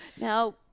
now